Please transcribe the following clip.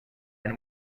and